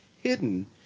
hidden